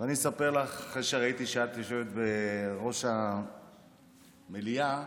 אחרי שראיתי שאת יושבת בראש המליאה,